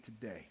today